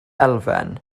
elfen